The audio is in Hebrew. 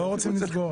לא רוצים לסגור.